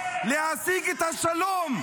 להשיג את השלום,